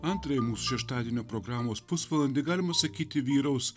antrąjį mūsų šeštadienio programos pusvalandį galima sakyti vyraus